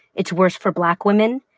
it's worse for black women.